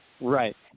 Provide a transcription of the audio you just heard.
Right